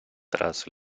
tras